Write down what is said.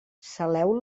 saleu